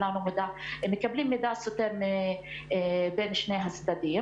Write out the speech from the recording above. אבל המידע שקיבלנו מהם היה מידע.